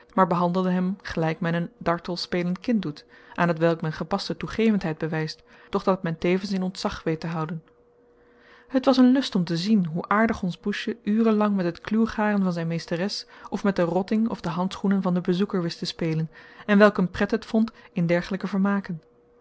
maar behandelde hem gelijk men een dartel spelend kind doet aan hetwelk men gepaste toegevendheid bewijst doch dat men tevens in ontzag weet te houden het was een lust om te zien hoe aardig ons poesje uren lang met het kluwgaren van zijn meesteres of met den rotting of de handschoenen van den bezoeker wist te spelen en welk een pret het vond in dergelijke vermaken